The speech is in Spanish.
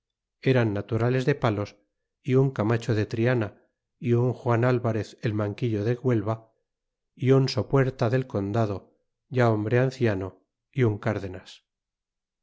eran naturales de palos un camacho de triana é un juan alvarez el manguillo de guelva é un sopuerta del condado ya hombre anciano é un cárdenas